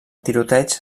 tiroteig